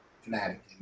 Fanatic